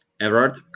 everard